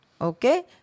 okay